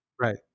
Right